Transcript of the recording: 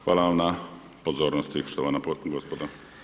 Hvala vam na pozornosti, štovana gospodo.